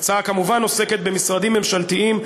ההצעה כמובן עוסקת במשרדים ממשלתיים,